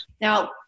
Now